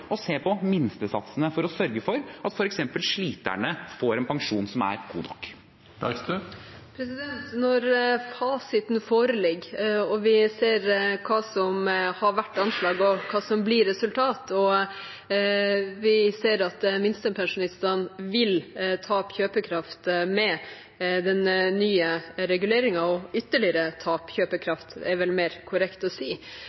se på minstesatsene, for å sørge for at f.eks. sliterne får en pensjon som er god nok. Når fasiten foreligger, og vi ser hva som har vært anslaget og hva som blir resultatet, og vi ser at minstepensjonistene vil tape kjøpekraft med den nye reguleringen – ytterligere tape kjøpekraft er vel mer korrekt å si